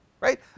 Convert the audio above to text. right